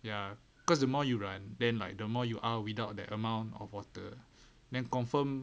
ya cause the more you run then like the more you are without that amount of water then confirm